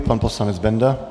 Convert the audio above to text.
Pan poslanec Benda.